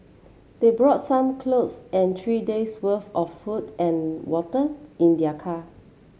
they brought some clothes and three days'worth of food and water in their car